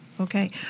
Okay